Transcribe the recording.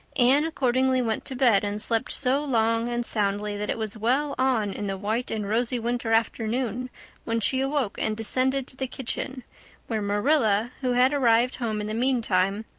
anne accordingly went to bed and slept so long and soundly that it was well on in the white and rosy winter afternoon when she awoke and descended to the kitchen where marilla, who had arrived home in the meantime,